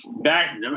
Back